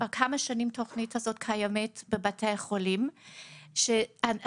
התוכנית הזאת קיימת בבתי חולים כבר כמה שנים.